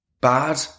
Bad